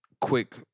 quick